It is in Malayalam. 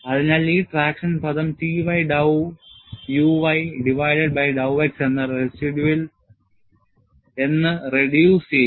അതിനാൽ ഈ ട്രാക്ഷൻ പദം Ty dow uy divided by dow x എന്ന് റെഡ്യൂസ് ചെയ്യുന്നു